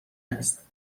است